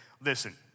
listen